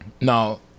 now